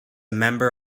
member